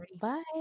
Bye